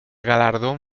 galardón